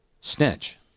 Snitch